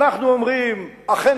אנחנו אומרים: אכן,